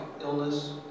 illness